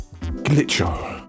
Glitcho